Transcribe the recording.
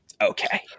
okay